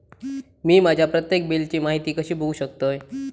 मी माझ्या प्रत्येक बिलची माहिती कशी बघू शकतय?